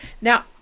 Now